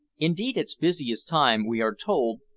indeed its busiest time, we are told,